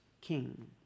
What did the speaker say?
king